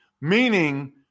Meaning